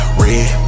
red